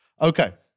Okay